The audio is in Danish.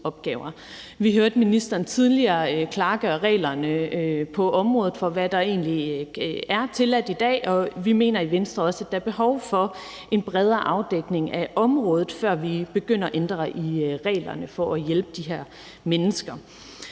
Vi hørte ministeren tidligere klargøre reglerne på området for, hvad der egentlig er tilladt i dag, og vi mener i Venstre også, at der er behov for en bredere afdækning af området, før vi begynder at ændre i reglerne for at hjælpe de her mennesker.